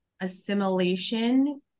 assimilation